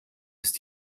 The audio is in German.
ist